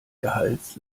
gehalts